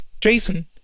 Jason